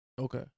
okay